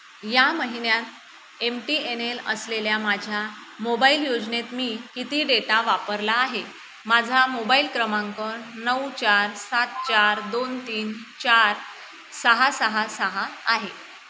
या महिन्यात M T N L असलेल्या माझ्या मोबाईल योजनेत मी किती डेटा वापरला आहे माझा मोबाईल क्रमांक नऊ चार सात चार दोन तीन चार सहा सहा सहा आहे